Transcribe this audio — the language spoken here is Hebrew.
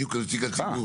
בדיוק נציג הציבור,